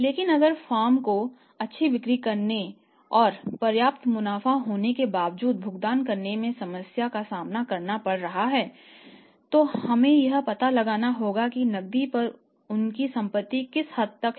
लेकिन अगर फर्म को अच्छी बिक्री करने और पर्याप्त मुनाफा होने के बावजूद भुगतान करने में समस्या का सामना करना पड़ रहा है तो हमें यह पता लगाना होगा कि नकदी पर उनकी संपत्ति किस हद तक है